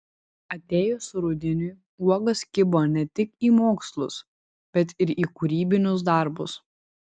atėjus rudeniui uogos kibo ne tik į mokslus bet ir į kūrybinius darbus